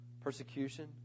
persecution